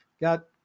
Got